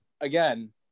again